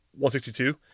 162